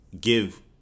give